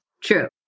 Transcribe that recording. True